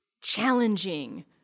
challenging